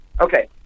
Okay